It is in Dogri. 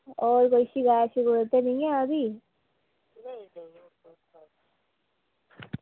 होर कोई शकैत ते निं ऐ एह्दी